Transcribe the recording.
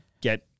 get